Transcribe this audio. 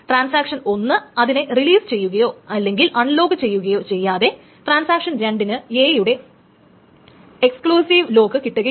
transaction ഒന്ന് അതിനെ release ചെയ്യുകയോ അല്ലെങ്കിൽ ആൺലോക്ക് ചെയ്യുകയോ ചെയ്യാതെ ട്രാൻസാക്ഷൻ 2 ന് A യുടെ എക്സ്ക്ലൂസിവ് ലോക്ക് കിട്ടുകയില്ല